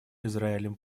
израилем